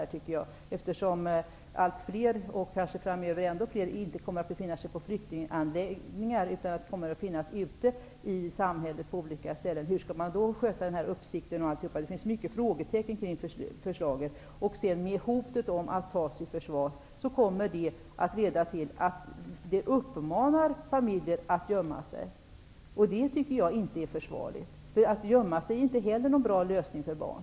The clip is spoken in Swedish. Allt fler, och kanske ännu fler framöver, kommer inte att befinna sig på flyktingförläggningar, utan kommer att finnas ute i samhället på olika ställen. Hur skall man då sköta denna uppsikt? Det finns många frågetecken kring förslaget. Tillsammans med hotet om att man kan tas i förvar kommer detta att leda till att familjer uppmuntras att gömma sig. Det tycker jag inte är försvarligt. Att gömma sig är heller inte en bra lösning för barn.